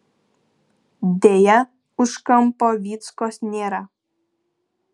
deja už kampo vyckos nėra